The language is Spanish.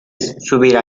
subir